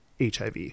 HIV